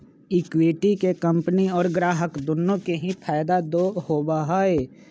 equity के company और ग्राहक दुन्नो के ही फायद दा होबा हई